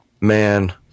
man